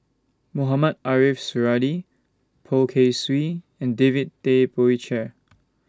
Mohamed Ariff Suradi Poh Kay Swee and David Tay Poey Cher